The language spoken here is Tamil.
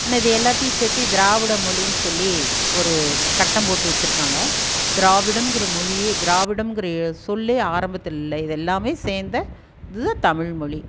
ஆனால் இது எல்லாத்தையும் சேர்த்தி திராவிடம் மொழின்னு சொல்லி ஒரு கட்டம் போட்டு வெச்சுர்க்காங்க திராவிடமெங்கிற மொழியே திராவிடமெங்கிற எ சொல்லே ஆரம்பத்தில்லை இது எல்லாமே சேர்ந்த இதுதான் தமிழ்மொழி